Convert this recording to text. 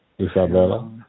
Isabella